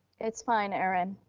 it's fine, erin,